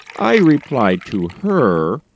i replied to her,